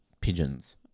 pigeons